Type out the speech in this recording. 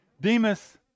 Demas